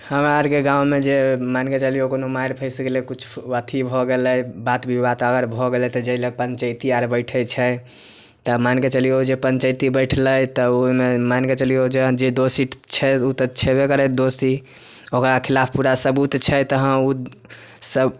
हमरा आरके गाँवमे जे मानिके चलियौ कोनो मारि फैसि गेलै किछु अथी भऽ गेलै बात विवाद अगर भऽ गेलै तऽ जाहि लए पंचैती आर बैठे छै तऽ मानिके चलियौ जे पंचैती बैठलै तऽ ओहिमे मानि कऽ चलियौ जे दोषी छै ओ तऽ छेबै करै दोषी ओकरा खिलाफ पूरा सबूत छै तहन ओ सब